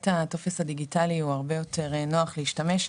הטופס הדיגיטלי הוא הרבה יותר נוח לשימוש.